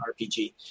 RPG